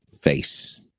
face